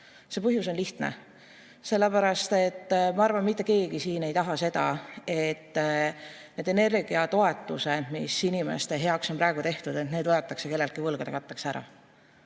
Põhjus on lihtne: sellepärast, et ilmselt mitte keegi siin ei taha seda, et need energiatoetused, mis inimeste heaks on praegu tehtud, võetakse kelleltki võlgade katteks ära.